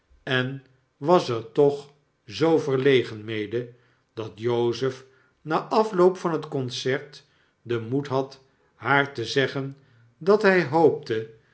en was er toch zoo verlegen mede dat jozef na afioop van het concert den moed had haar te zeggen dat hy hoopte